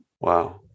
wow